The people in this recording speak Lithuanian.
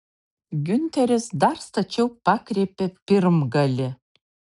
giunteris dar stačiau pakreipė pirmgalį